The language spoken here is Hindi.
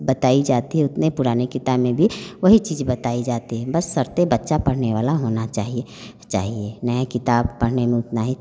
बताई जाती है उतनी पुरानी किताब में भी वही चीज़ बताई जाती है बशर्ते बच्चा पढ़ने वाला होना चाहिए चाहिए नई किताब पढ़ने में उतनी ही